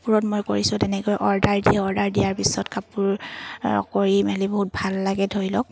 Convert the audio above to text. কাপোৰত মই কৰিছোঁ তেনেকৈ অৰ্ডাৰ দি অৰ্ডাৰ দিয়াৰ পিছত কাপোৰ কৰি মেলি বহুত ভাল লাগে ধৰি লওক